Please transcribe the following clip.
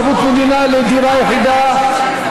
ערבות מדינה לדירה יחידה),